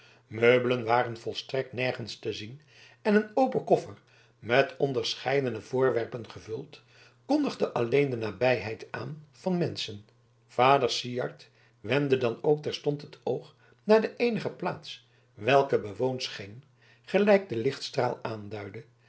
meubelen waren volstrekt nergens te zien en een open koffer met onderscheidene voorwerpen gevuld kondigde alleen de nabijheid aan van menschen vader syard wendde dan ook terstond het oog naar de eenige plaats welke bewoond scheen gelijk de lichtstraal aanduidde